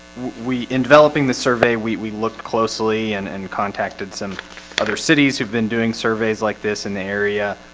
we in developing the survey we looked closely and and contacted some other cities who've been doing surveys like this in the area